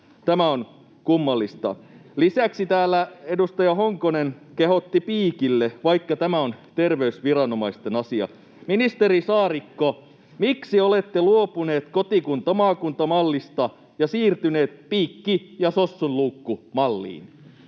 Tämä on kummallista. Lisäksi täällä edustaja Honkonen kehotti piikille, vaikka tämä on terveysviranomaisten asia. Ministeri Saarikko, miksi olette luopuneet kotikunta—maakunta-mallista ja siirtyneet ”piikki ja sossun luukku” ‑malliin?